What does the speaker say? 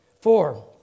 Four